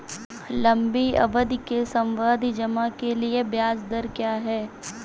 लंबी अवधि के सावधि जमा के लिए ब्याज दर क्या है?